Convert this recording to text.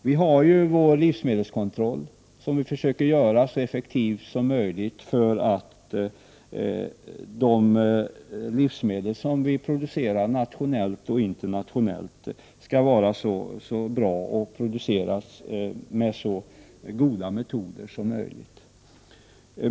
Vi har ju vår livsmedelskontroll, som vi försöker göra så effektiv som möjligt, för att de livsmedel vi producerar nationellt och internationellt skall vara så bra som möjligt och produceras med så goda metoder som möjligt.